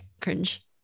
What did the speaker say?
cringe